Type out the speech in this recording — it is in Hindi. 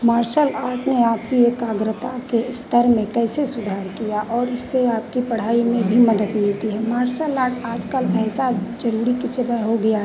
मार्सल आर्ट में आपकी एकाग्रता के स्तर में कैसे सुधार किया और इससे आपकी पढ़ाई में भी मदद मिलती है मार्सल आर्ट आज कल ऐसा ज़रूरी की जगह हो गया है